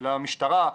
המשטרה,